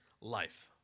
life